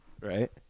right